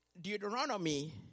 Deuteronomy